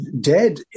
dead